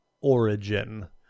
origin